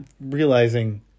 realizing